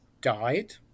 died